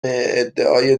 ادعای